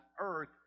earth